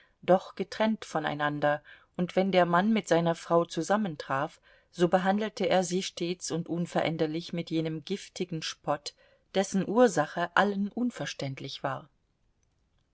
doch getrennt voneinander und wenn der mann mit seiner frau zusammentraf so behandelte er sie stets und unveränderlich mit jenem giftigen spott dessen ursache allen unverständlich war